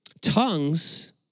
Tongues